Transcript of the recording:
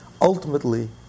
ultimately